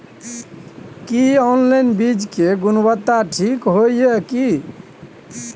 की online बीज के गुणवत्ता ठीक होय ये की?